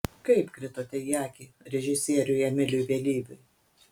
kaip kritote į akį režisieriui emiliui vėlyviui